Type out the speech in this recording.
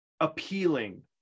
appealing